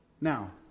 Now